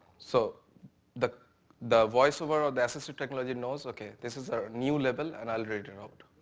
so the the voiceover, ah the assisted technology knows, okay, this is a new label and i'll read it out.